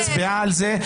מצביעה על זה,